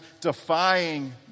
defying